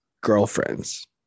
girlfriends